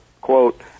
quote